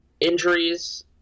injuries